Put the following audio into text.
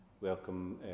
Welcome